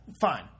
Fine